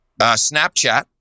Snapchat